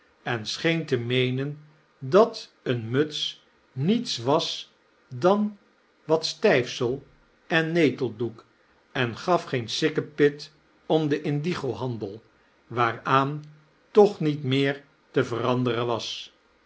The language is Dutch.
en scheen te meenen dat een mute niets was dan wat stijfael en neteldoek en gaf geen sdkkepifc om den ihdigo-handel waaraan toch niet rneer te veranderen was